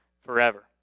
forever